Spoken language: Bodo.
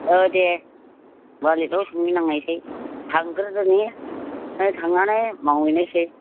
औ देह मालिकनाव सोंना नायनोसै थांग्रोदोनि ओमफ्राय थांनानै मावहैनोसै